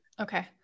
Okay